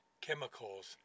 chemicals